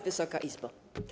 Wysoka Izbo!